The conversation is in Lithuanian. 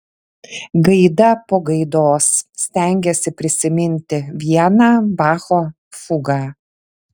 gaida po gaidos stengėsi prisiminti vieną bacho fugą